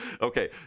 okay